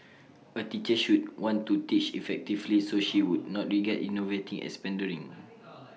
A teacher should want to teach effectively so she would not regard innovating as pandering